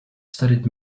studied